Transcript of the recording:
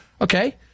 okay